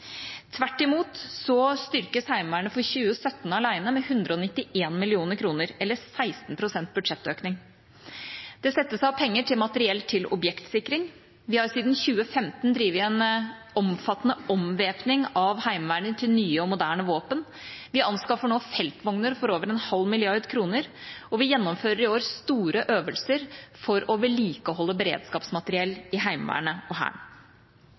Tvert imot styrkes Heimevernet for 2017 alene med 191 mill. kr, eller 16 pst. budsjettøkning. Det settes av penger til materiell til objektsikring. Vi har siden 2015 drevet en omfattende omvæpning av Heimevernet til nye og moderne våpen. Vi anskaffer nå feltvogner for over 0,5 mrd. kr, og vi gjennomfører i år store øvelser for å vedlikeholde beredskapsmateriell i Heimevernet og Hæren.